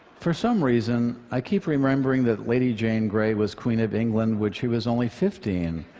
for some reason i keep remembering that lady jane grey was queen of england when she was only fifteen.